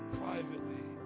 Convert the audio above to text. privately